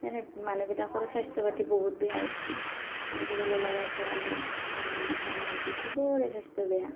সেইকাৰণে মানুহবিলাকৰো স্বাস্থ্যপাতি বহুত বেয়া হৈছে আজিকালি ল'ৰা ছোৱালী মতা মাইকী চবৰে স্বাস্থ্য বেয়া